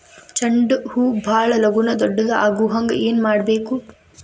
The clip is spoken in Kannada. ಚಂಡ ಹೂ ಭಾಳ ಲಗೂನ ದೊಡ್ಡದು ಆಗುಹಂಗ್ ಏನ್ ಮಾಡ್ಬೇಕು?